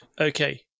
okay